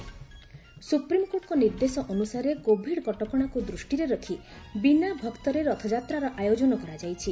ସୁପ୍ରିମ୍କୋର୍ଟଙ୍କ ନିର୍ଦ୍ଦେଶ ଅନୁସାରେ କୋଭିଡ୍ କଟକଣାକୁ ଦୃଷ୍ଟିରେ ରଖି ବିନା ଭକ୍ତରେ ରଥଯାତ୍ରାର ଆୟୋଜନ କରାଯାଇଛି